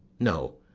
no,